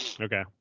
Okay